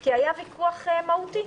כי היה ויכוח מהותי,